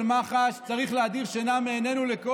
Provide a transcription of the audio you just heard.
הסיפור של מח"ש צריך להדיר מעינינו שינה,